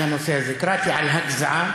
על הנושא הזה, קראתי על הגזעה,